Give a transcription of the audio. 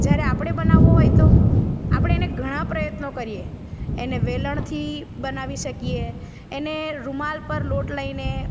જ્યારે આપણે બનાવવો હોય તો આપણે એને ઘણા પ્રયત્નો કરીએ એને વેલણથી બનાવી શકીએ એને રૂમાલ પર લોટ લઈને